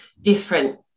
Different